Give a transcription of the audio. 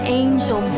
angel